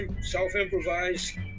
self-improvised